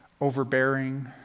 overbearing